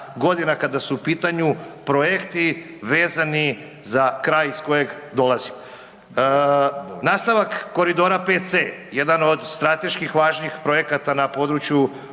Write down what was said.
godina kada su u pitanju projekti vezani za kraj iz kojeg dolazim. Nastavak koridora 5c, jedan od strateških važnih projekata na području